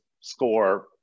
score